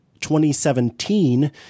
2017